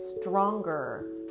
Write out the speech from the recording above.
stronger